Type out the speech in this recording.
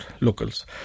locals